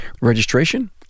Registration